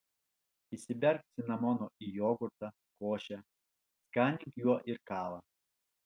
įsiberk cinamono į jogurtą košę skanink juo ir kavą